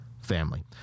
family